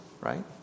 right